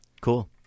Cool